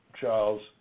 Charles